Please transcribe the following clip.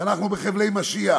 שאנחנו בחבלי משיח.